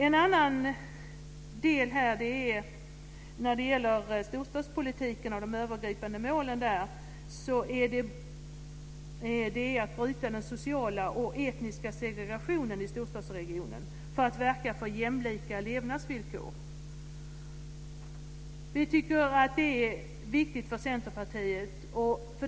En annan del när det gäller storstadspolitiken och dess övergripande mål är att bryta den sociala och etniska segregationen i storstadsregionen och verka för jämlika levnadsvillkor. Detta är viktigt för oss i Centerpartiet.